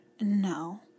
No